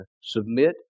submit